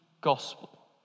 gospel